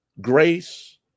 grace